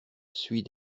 suit